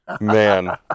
man